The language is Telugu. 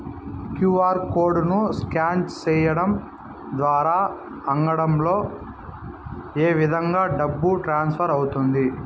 క్యు.ఆర్ కోడ్ ను స్కాన్ సేయడం ద్వారా అంగడ్లలో ఏ విధంగా డబ్బు ట్రాన్స్ఫర్ అవుతుంది